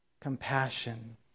compassion